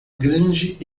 grande